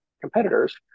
competitors